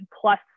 plus